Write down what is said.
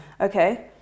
Okay